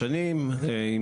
כשמה כן היא,